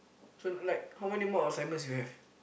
so like how many more assignments you have